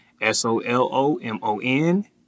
S-O-L-O-M-O-N